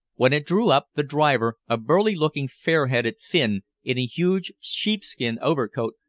when it drew up, the driver, a burly-looking, fair-headed finn in a huge sheepskin overcoat,